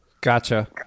Gotcha